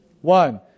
One